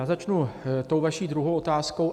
Začnu tou vaší druhou otázkou.